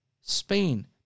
Spain